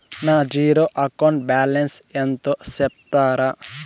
నా zero account balance ఎంతో సెప్తారా?